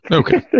okay